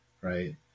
right